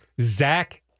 Zach